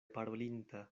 parolinta